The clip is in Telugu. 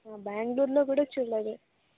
బెంగుళూరులో కూడా చూడలేదు